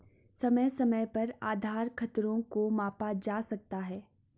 समय समय पर आधार खतरों को मापा जा सकता है